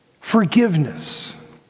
forgiveness